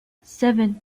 seven